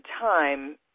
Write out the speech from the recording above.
time